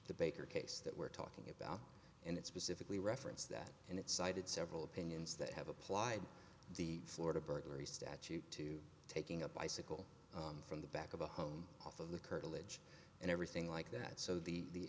the baker case that we're talking about and it's pacifically reference that and it cited several opinions that have applied the florida burglary statute to taking a bicycle from the back of a home off of the curtilage and everything like that so the